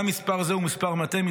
גם מספר זה הוא מספר מטעה,